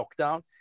lockdown